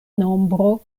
nombro